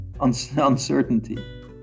uncertainty